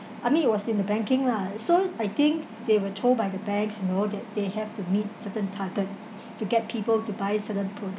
I mean it was in the banking lah so I think they were told by the banks you know that they have to meet certain target to get people to buy certain products